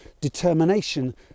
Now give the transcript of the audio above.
determination